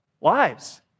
lives